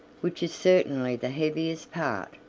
which is certainly the heaviest part.